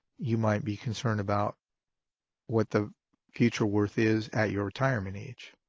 you might be concerned about what the future worth is at your retirement age.